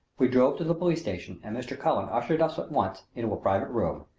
we drove to the police station and mr. cullen ushered us at once into a private room,